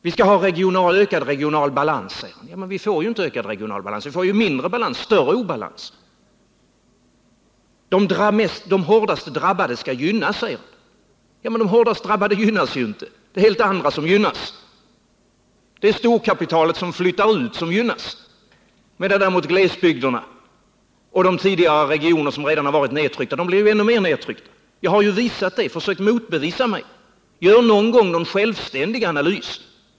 Vi skall ha ökad regional balans, säger han. Ja, men vi får inte ökad regional balans utan större obalans. De hårdast drabbade skall gynnas, säger Elver Jonsson. Ja, men de hårdast drabbade gynnas ju inte. Helt andra gynnas. Storkapitalet som flyttar ut gynnas, medan däremot glesbygderna och de regioner som redan tidigare varit nedtryckta blir ännu mer nedtryckta. Jag har ju visat detta. Försök motbevisa mig. Gör någon gång en självständig analys.